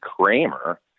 Kramer